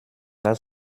das